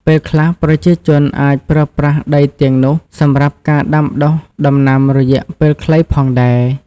ពេលខ្លះប្រជាជនអាចប្រើប្រាស់ដីទាំងនោះសម្រាប់ការដាំដុះដំណាំរយៈពេលខ្លីផងដែរ។